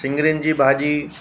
सिङियुनि जी भाॼी